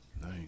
Nice